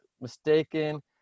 mistaken